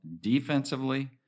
defensively